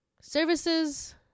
services